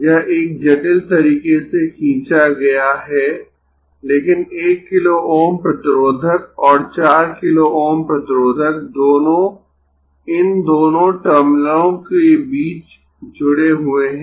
यह एक जटिल तरीके से खींचा गया है लेकिन 1 किलो Ω प्रतिरोधक और 4 किलो Ω प्रतिरोधक दोनों इन दोनों टर्मिनलों के बीच जुड़े हुए है